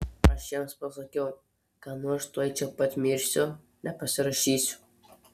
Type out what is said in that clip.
aš jiems pasakiau kad nors tuoj čia pat mirsiu nepasirašysiu